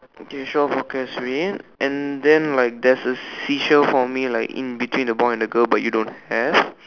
okay shore forecast for me and then like there's a seashell for me like in between the boy and the girl but you don't have